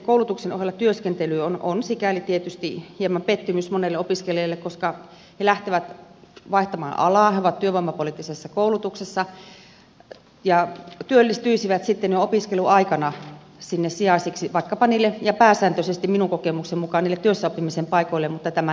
koulutuksen ohella työskentely on sikäli tietysti hieman pettymys monelle opiskelijalle että he lähtevät vaihtamaan alaa he ovat työvoimapoliittisessa koulutuksessa ja työllistyisivät sitten jo opiskeluaikana sijaisiksi vaikkapa ja pääsääntöisesti minun kokemukseni mukaan niille työssäoppimisen paikoille mutta tämä näkyy sitten päivärahoissa